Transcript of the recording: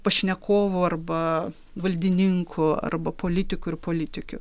pašnekovų arba valdininkų arba politikų ir politikių